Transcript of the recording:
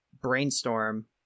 Brainstorm